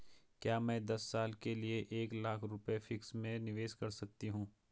क्या मैं दस साल के लिए एक लाख रुपये फिक्स में निवेश कर सकती हूँ?